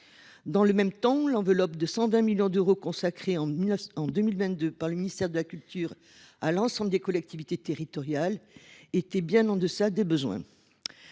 Dans le même temps, l’enveloppe de 120 millions d’euros consacrée en 2022 par le ministère de la culture à l’ensemble des collectivités territoriales était bien en deçà des besoins.